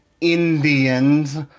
Indians